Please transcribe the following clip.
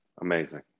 Amazing